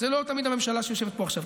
זאת לא תמיד הממשלה שיושבת פה עכשיו.